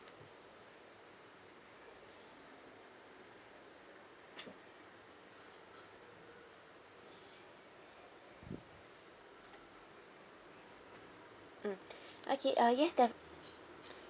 mm okay uh yes def~